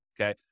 okay